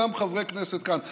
גם חברי כנסת כאן.